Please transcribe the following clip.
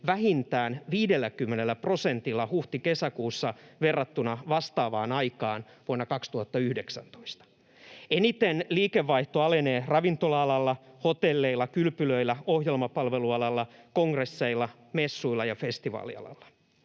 vähintään 50 prosentilla huhti—kesäkuussa verrattuna vastaavaan aikaan vuonna 2019. Eniten liikevaihto alenee ravintola-alalla, hotelleilla, kylpylöillä, ohjelmapalvelualalla, kongresseilla, messuilla ja festivaalialalla.